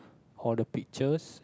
all the pictures